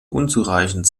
unzureichend